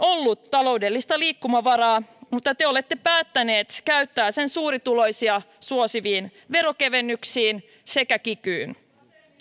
ollut taloudellista liikkumavaraa mutta te olette päättäneet käyttää sen suurituloisia suosiviin verokevennyksiin sekä kikyyn